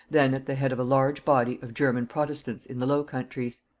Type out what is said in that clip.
then at the head of a large body of german protestants in the low countries.